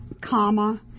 comma